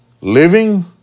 living